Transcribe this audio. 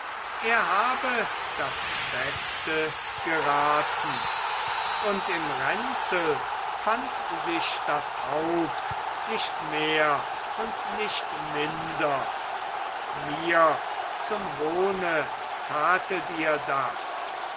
er habe das beste geraten und im ränzel fand sich das haupt nicht mehr und nicht minder mir zum hohne tatet ihr das